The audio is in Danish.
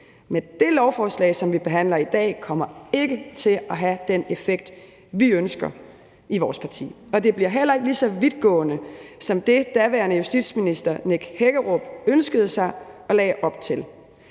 Men det lovforslag, som vi behandler i dag, kommer ikke til at have den effekt, vi ønsker i vores parti. Og det bliver heller ikke lige så vidtgående som det, daværende justitsminister Nick Hækkerup ønskede sig og lagde op til.